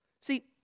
See